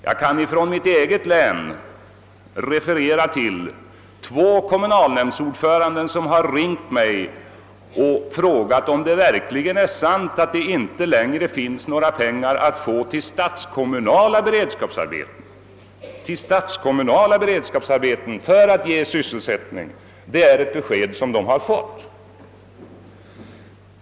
Beträffande objektvalen kan jag referera till att två kommunalnämndsordförande ringt mig och frågat, om det verkligen är sant att det inte längre finns några pengar att få till statskommunala beredskapsarbeten. Det är nämligen det besked de har erhållit.